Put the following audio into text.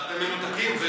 שאתם מנותקים?